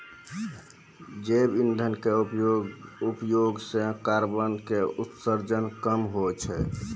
जैव इंधन के उपयोग सॅ कार्बन के उत्सर्जन कम होय छै